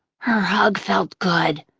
her hug felt good,